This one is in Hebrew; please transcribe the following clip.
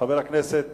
חבר הכנסת